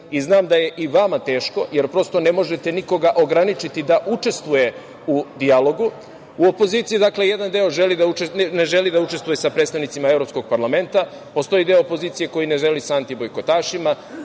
i znam da je i vama teško, jer, prosto, ne možete nikoga ograničiti da učestvuje u dijalogu. U opoziciji jedan ne želi da učestvuje sa predstavnicima evropskog parlamenta. Postoji deo opozicije koji ne želi sa antibojkotašima.